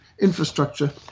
infrastructure